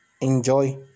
Enjoy